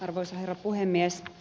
arvoisa herra puhemies